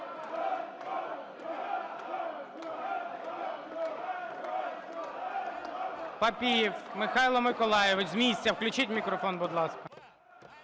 Папієв Михайло Миколайович. З місця включіть, мікрофон, будь ласка.